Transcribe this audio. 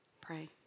pray